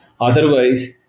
Otherwise